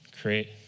create